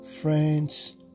Friends